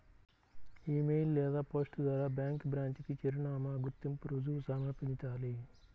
ఇ mail లేదా post ద్వారా bank branch కి చిరునామా, గుర్తింపు రుజువు సమర్పించాలి